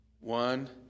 one